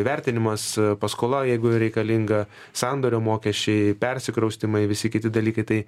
vertinimas paskola jeigu reikalinga sandorio mokesčiai persikraustymai visi kiti dalykai tai